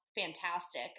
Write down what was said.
fantastic